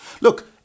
Look